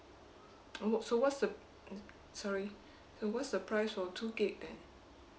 oh so what's the sorry so what's the price for two gigabyte then